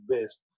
best